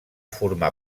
formar